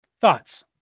Thoughts